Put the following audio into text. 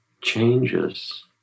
changes